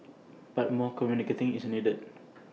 but more communication is needed